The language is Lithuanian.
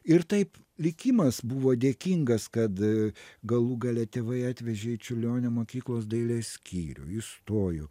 ir taip likimas buvo dėkingas kad galų gale tėvai atvežė į čiurlionio mokyklos dailės skyrių įstoju